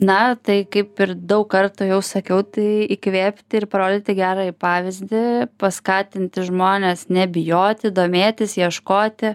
na tai kaip ir daug kartų jau sakiau tai įkvėpti ir parodyti gerąjį pavyzdį paskatinti žmones nebijoti domėtis ieškoti